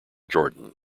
jordan